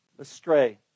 astray